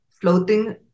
floating